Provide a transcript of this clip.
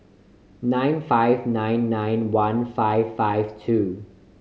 nine five nine nine one five five two